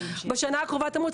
בשנה הקרובה תמות,